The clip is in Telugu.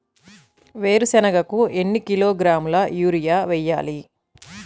వేరుశనగకు ఎన్ని కిలోగ్రాముల యూరియా వేయాలి?